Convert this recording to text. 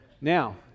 Now